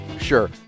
sure